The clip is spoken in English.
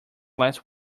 last